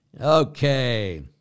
Okay